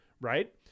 right